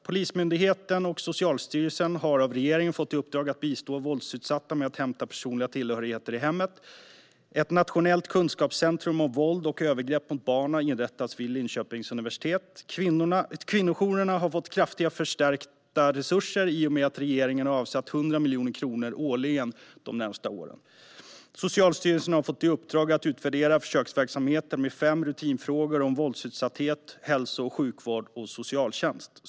Polismyndigheten och Socialstyrelsen har av regeringen fått i uppdrag att bistå våldsutsatta med att hämta personliga tillhörigheter i hemmet. Ett nationellt kunskapscentrum om våld och övergrepp mot barn har inrättats vid Linköpings universitet. Kvinnojourerna har fått kraftigt förstärkta resurser i och med att regeringen har avsatt 100 miljoner kronor årligen de närmaste åren. Socialstyrelsen har fått i uppdrag att utvärdera försöksverksamheter med fem rutinfrågor om våldsutsatthet i hälso och sjukvård och socialtjänst.